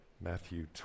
Matthew